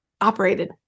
operated